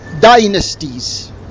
dynasties